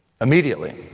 Immediately